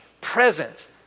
presence